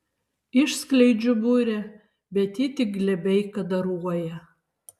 išskleidžiu burę bet ji tik glebiai kadaruoja